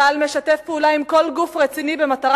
צה"ל משתף פעולה עם כל גוף רציני במטרה